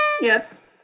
Yes